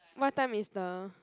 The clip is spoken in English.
what time is the